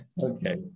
Okay